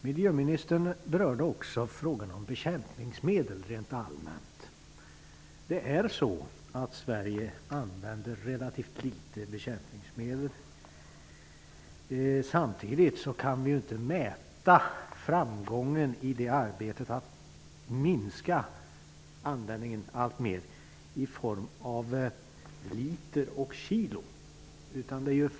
Miljöministern berörde också rent allmänt frågan om bekämpningsmedel. Sverige använder relativt litet bekämpningsmedel, men vi kan inte i liter och kilo mäta framgången i arbetet på att alltmer minska användningen.